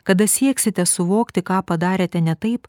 kada sieksite suvokti ką padarėte ne taip